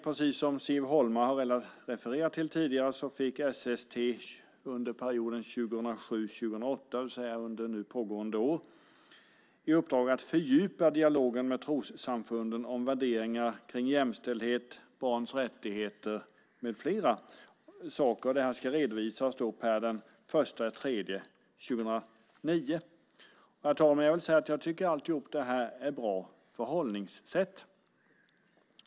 Precis som Siv Holma har refererat till tidigare fick SST därtill under perioden 2007-2008, det vill säga under nu pågående år, i uppdrag att fördjupa dialogen med trossamfunden om värderingar när det gäller jämställdhet, barns rättigheter med flera saker. Detta ska redovisas per den 1 mars 2009. Herr talman! Jag tycker att allt det här är ett bra förhållningssätt.